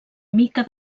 mica